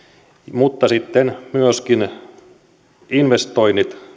mutta sitten myöskin investoinnit